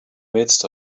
midst